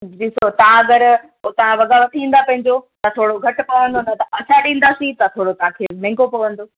ॾिसो तव्हां अगरि पोइ तव्हां वॻा वठी ईंदा पंहिंजो त थोरो घटि पवंदव असां ॾींदासीं त थोरो तव्हांखे महांगो पवंदो